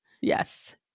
Yes